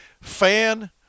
fan